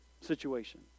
situation